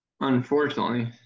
Unfortunately